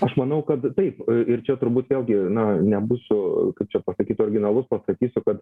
aš manau kad taip ir čia turbūt vėlgi na nebūsiu kaip čia pasakyt originalus pasakysiu kad